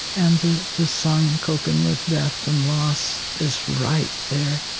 and the the song in coping with death and loss is right there.